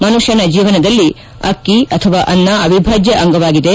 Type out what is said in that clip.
ಮನುಷ್ಟನ ಜೀವನದಲ್ಲಿ ಅಕ್ಕಿ ಅಥವಾ ಅನ್ನ ಅವಿಭಾಜ್ಯ ಅಂಗವಾಗಿದೆ